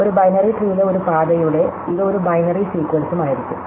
ഒരു ബൈനറി ട്രീയിലെ ഒരു പാതയുടെ ഇത് ഒരു ബൈനറി സീക്വൻസും ആയിരിക്കും